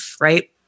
right